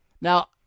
Now